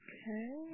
Okay